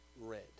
red